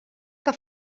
que